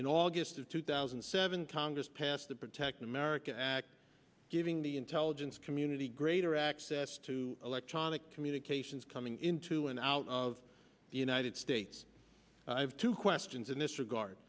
in august of two thousand and seven congress passed the protect america act giving the intelligence community greater access to electronic communications coming into and out of the united states i have two questions in this regard